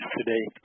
today